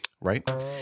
right